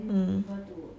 mm